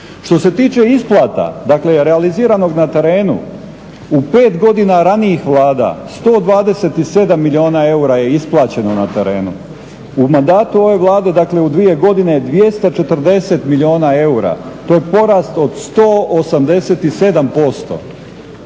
Što se tiče isplata, dakle realiziranog na terenu, u pet godina ranijih Vlada 127 milijuna eura je isplaćeno na terenu. U mandatu ove Vlade dakle u dvije godine 240 milijuna eura, to je porast od 187%.